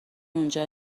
اونجا